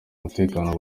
umutekano